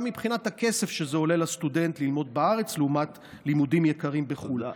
גם מבחינת הכסף שזה עולה לסטודנט ללמוד בארץ לעומת לימודים יקרים בחו"ל.